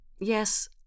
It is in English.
Yes